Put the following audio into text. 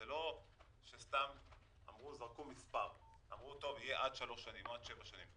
זה לא שסתם זרקו מספר ואמרו שזה יהיה עד שלוש שנים או עד שבע שנים.